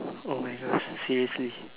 oh my gosh seriously